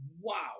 wow